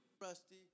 Rusty